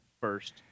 first